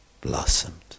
blossomed